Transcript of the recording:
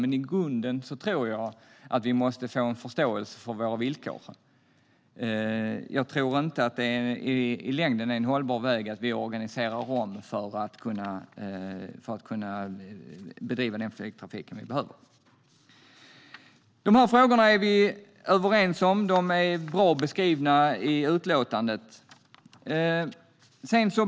Jag tror dock att vi i grunden måste få en förståelse för våra villkor. Jag tror inte att det i längden är en hållbar väg att vi organiserar om för att kunna bedriva den flygtrafik vi behöver. Vi är överens om dessa frågor, och de är bra beskrivna i utlåtandet.